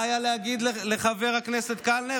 מה היה להם להגיד לחבר הכנסת קלנר?